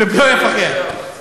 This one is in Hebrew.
בפלייאוף אחר.